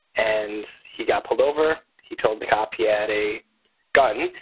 and he got pulled over. he told the cop he ah had a gun,